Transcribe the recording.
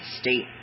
state